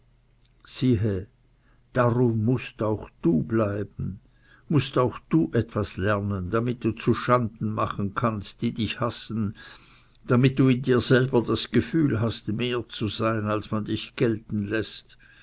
darum mußt auch du bleiben mußt auch du etwas lernen damit du zu schanden machen kannst die dich hassen damit du in dir selber das gefühl hast mehr zu sein als man dich gelten läßt